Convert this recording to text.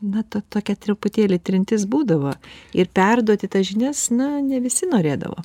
na ta tokia truputėlį trintis būdavo ir perduoti tas žinias na ne visi norėdavo